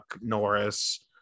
Norris